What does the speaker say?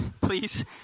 please